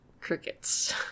Crickets